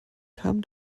kam